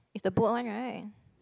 it's the boat one right